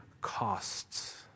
costs